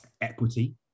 equity